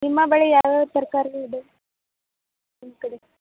ನಿಮ್ಮ ಬಳಿ ಯಾವ್ಯಾವ ತರಕಾರಿಗಳಿದೆ ನಿಮ್ಮ ಕಡೆ